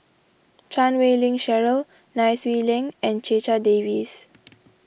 Chan Wei Ling Cheryl Nai Swee Leng and Checha Davies